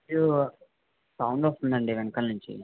sound వస్తుందండి వెనకాల నించి